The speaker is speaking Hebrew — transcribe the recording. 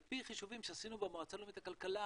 על פי חישובים שעשינו במועצה הלאומית לכלכלה